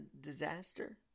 disaster